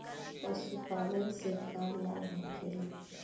पशुपालन से का लाभ होखेला?